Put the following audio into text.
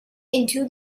into